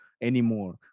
anymore